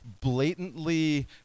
blatantly